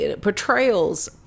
portrayals